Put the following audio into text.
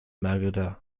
magadha